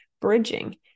Bridging